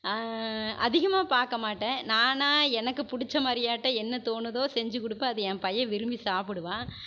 அதிகமாக பார்க்க மாட்டேன் நானா எனக்கு பிடிச்சமாரியாட்ட என்ன தோணுதோ செஞ்சு கொடுப்பேன் அதை என் பையன் விரும்பி சாப்பிடுவான்